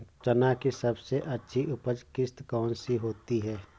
चना की सबसे अच्छी उपज किश्त कौन सी होती है?